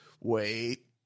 Wait